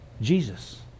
Jesus